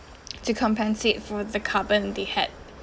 to compensate for the carbon they had